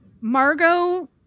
Margot